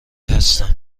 هستم